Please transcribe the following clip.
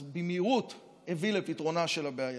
אז במהירות הביא לפתרונה של הבעיה.